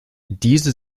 diese